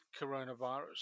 coronavirus